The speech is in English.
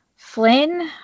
Flynn